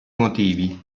motivi